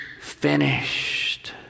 finished